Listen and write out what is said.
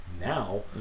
now